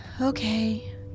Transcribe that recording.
Okay